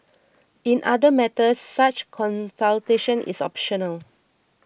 in other matters such consultation is optional